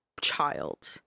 child